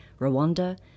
Rwanda